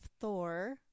Thor